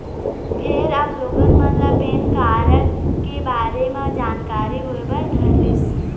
फेर अब लोगन मन ल पेन कारड के बारे म जानकारी होय बर धरलिस